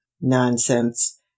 Nonsense